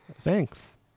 Thanks